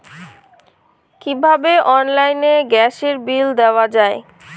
কিভাবে অনলাইনে গ্যাসের বিল দেওয়া যায়?